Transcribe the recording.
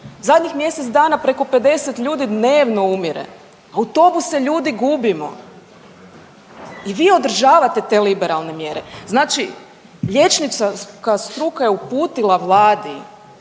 Zadnjih mjesec dana preko 50 ljudi dnevno umire, autobuse ljudi gubimo. I vi održavate te liberalne mjere. Znači liječnička struka je uputila vladi